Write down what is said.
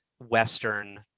Western